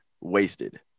wasted